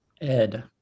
Ed